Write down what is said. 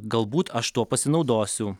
galbūt aš tuo pasinaudosiu